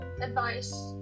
advice